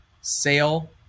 sale